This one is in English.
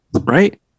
right